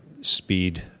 speed